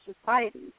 society